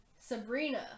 Sabrina